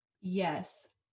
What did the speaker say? yes